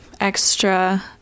extra